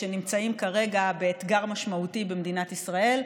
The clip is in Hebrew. שנמצאים כרגע באתגר משמעותי במדינת ישראל,